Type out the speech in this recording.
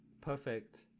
Perfect